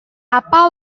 apa